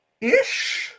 Ish